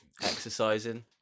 Exercising